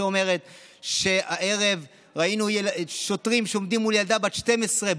שאומרת שהערב ראינו שוטרים שעומדים מול ילדה בת 12,